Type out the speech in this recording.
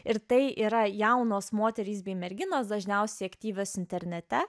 ir tai yra jaunos moterys bei merginos dažniausiai aktyvios internete